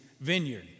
vineyard